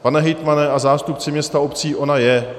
Pane hejtmane a zástupci měst a obcí, ona je.